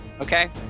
Okay